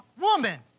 woman